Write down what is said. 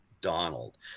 donald